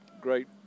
great